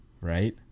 right